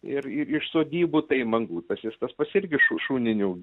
ir i iš sodybų tai mangutas jis tas pats irgi šu šuninių